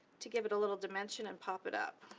to give it a little dimension, and pop it up.